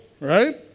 right